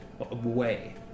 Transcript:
away